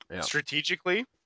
strategically